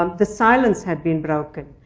um the silence had been broken.